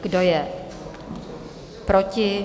Kdo je proti?